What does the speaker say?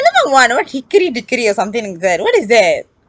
what or something like that what is that